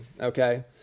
okay